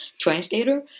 translator